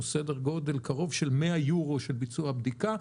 הוא סדר גודל של קרוב ל-100 יורו לביצוע בדיקה.